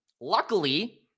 Luckily